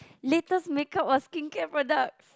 latest makeup or skincare products